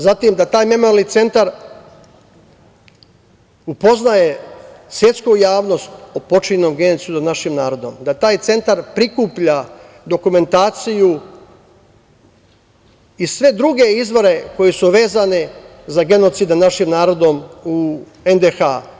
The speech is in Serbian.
Zatim, da taj memorijalni centar upoznaje svetsku javnost o počinjenom genocidu nad našim narodom, da taj centar prikuplja dokumentaciju i sve druge izvore koji su vezane za genocid nad našim narodom u NDH.